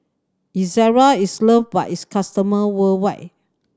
Ezerra is loved by its customer worldwide